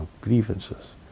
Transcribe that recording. grievances